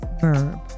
verb